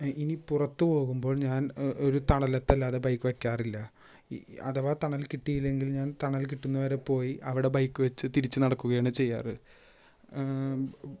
ഇനി പുറത്ത് പോകുമ്പോൾ ഞാൻ ഒരു തണലത്തല്ലാതെ ബൈക്ക് വെക്കാറില്ല അധവാ തണൽ കിട്ടിയില്ലെങ്കിൽ ഞാൻ തണൽ കിട്ടുന്നവരെ പോയി അ ബൈക്ക് വെച്ച് തിരിച്ചു നടക്കുകയാണ് ചെയ്യാറ്